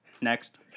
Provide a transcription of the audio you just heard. Next